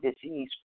disease